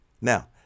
Now